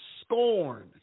scorn